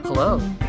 Hello